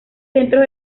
centros